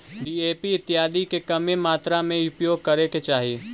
DAP इत्यादि के कमे मात्रा में ही उपयोग करे के चाहि